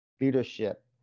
leadership